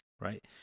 right